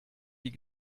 die